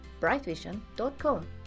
brightvision.com